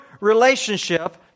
relationship